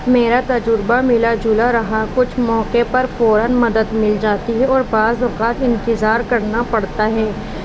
میرا تجربہ ملا جلا رہا کچھ موقعے پر فوراً مدد مل جاتی ہے اور بعض وقات انتظار کرنا پڑتا ہے